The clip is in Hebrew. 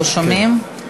לא שומעים.